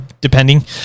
depending